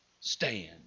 Stand